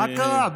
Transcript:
מה קרה?